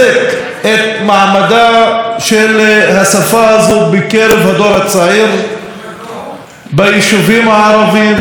לחזק את מעמדה של השפה הזו בקרב הדור הצעיר ביישובים הערביים,